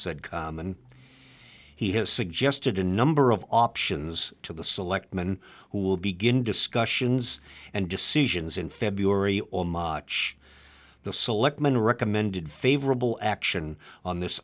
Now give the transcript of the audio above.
said common he has suggested a number of options to the selectmen who will begin discussions and decisions in february or march the selectmen recommended favorable action on this